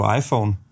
iPhone